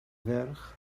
ferch